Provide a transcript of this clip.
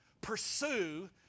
pursue